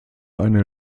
eine